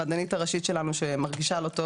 המדענית הראשית שלנו שמרגישה לא טוב.